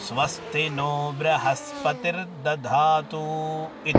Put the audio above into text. स्वस्ति नो ब्रहस्पतिर्दधातु इति